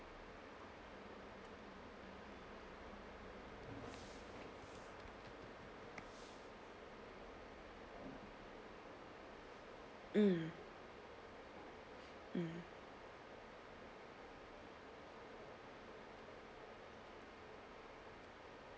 mm mm